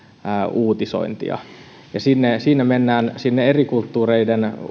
uutisointia siinä mennään eri kulttuureiden